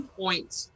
points